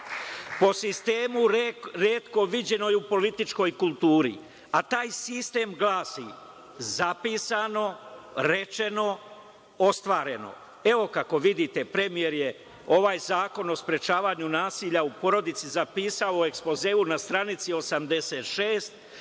po sistemu retko viđenoj u političkoj kulturi, a taj sistem glasi – zapisano, rečeno, ostvareno. Evo, kako vidite premijer je ovaj Zakon o sprečavanju nasilja u porodici zapisao u ekspozeu na stranici 86,